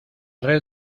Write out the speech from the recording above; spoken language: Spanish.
red